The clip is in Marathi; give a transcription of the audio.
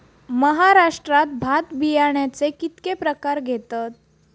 महाराष्ट्रात भात बियाण्याचे कीतके प्रकार घेतत?